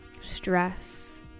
stress